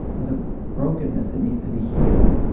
it's a brokenness that needs to be healed.